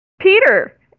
Peter